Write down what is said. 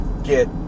get